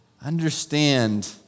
understand